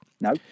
No